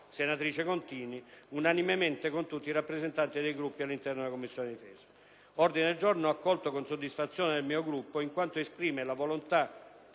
senatrice Contini, unanimemente con tutti i rappresentanti dei Gruppi all'interno della Commissione difesa. L'ordine del giorno è valutato con soddisfazione dal mio Gruppo, in quanto esprime comunque